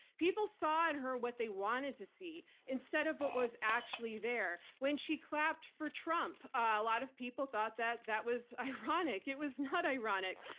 people saw in her what they wanted to see instead of what was actually there. when she clapped for trump, a lot of people thought that that was ironic. it was not ironic.